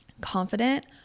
confident